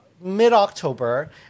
mid-October